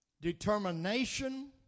determination